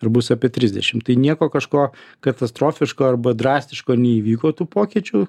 bus apie trisdešim tai nieko kažko katastrofiško arba drastiško neįvyko tų pokyčių